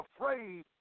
afraid